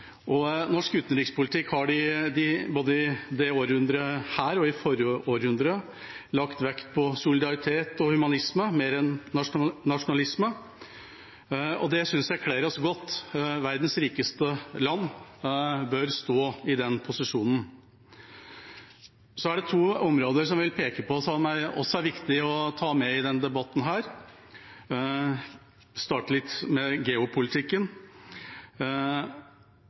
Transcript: forrige århundret lagt vekt på solidaritet og humanisme mer enn nasjonalisme. Det synes jeg kler oss godt. Verdens rikeste land bør stå i den posisjonen. Det er to områder jeg vil peke på som også er viktige å ta med i denne debatten. Jeg starter med geopolitikken.